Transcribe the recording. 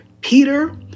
Peter